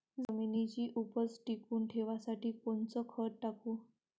जमिनीची उपज टिकून ठेवासाठी कोनचं खत टाकू?